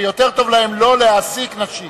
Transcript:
שיותר טוב להם לא להעסיק נשים.